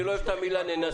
אני לא אוהב את המילה ננסה.